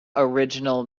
original